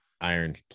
iron